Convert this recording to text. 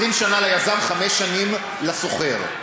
20 שנה ליזם, חמש שנים לשוכר.